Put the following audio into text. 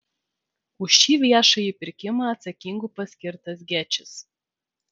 už šį viešąjį pirkimą atsakingu paskirtas gečis